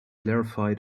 clarify